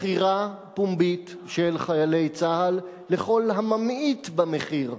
מכירה פומבית של חיילי צה"ל לכל הממעיט במחיר,